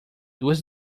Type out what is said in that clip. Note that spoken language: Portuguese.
duas